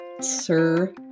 sir